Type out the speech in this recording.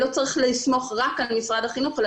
לא צריך לסמוך רק על משרד החינוך אלא